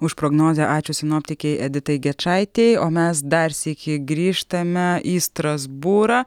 už prognozę ačiū sinoptikei editai gečaitei o mes dar sykį grįžtame į strasbūrą